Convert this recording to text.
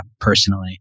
personally